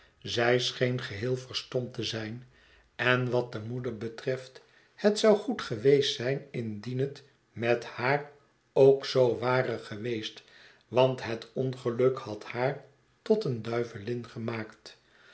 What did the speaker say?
zij scheen geheei verstomd te zijn en wat de moeder betreft het zou goed geweest zijn indien het met haar ook zoo ware geweest want het ongeluk had haar tot een duivelin gemaakt